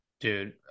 Dude